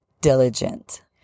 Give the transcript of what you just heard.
diligent